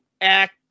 act